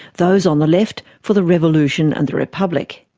those on the left for the revolution and the republic.